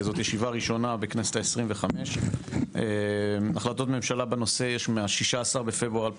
זו ישיבה ראשונה בכנסת ה- 25. החלטות ממשלה בנושא יש מה- 16.2.2003,